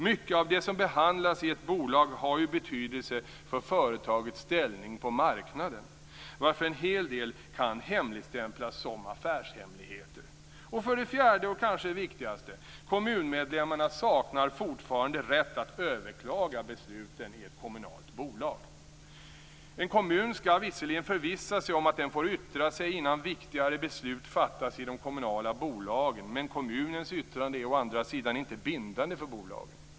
Mycket av det som behandlas i ett bolag har ju betydelse för företagets ställning på marknaden, varför en hel del kan hemligstämplas som affärshemligheter. För det fjärde, vilket kanske är det viktigaste, saknar kommunmedlemmarna fortfarande rätt att överklaga besluten i ett kommunalt bolag. En kommun skall visserligen förvissa sig om att den får yttra sig innan viktigare beslut fattas i de kommunala bolagen, men kommunens yttrande är å andra sidan inte bindande för bolagen.